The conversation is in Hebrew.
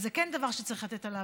מה שצריך לשים לב,